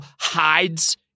hides